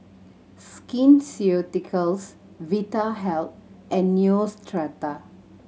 Skin Ceuticals Vitahealth and Neostrata